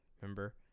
Remember